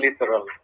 literal